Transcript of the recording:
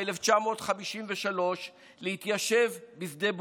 ב-1953 להתיישב בשדה בוקר,